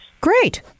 Great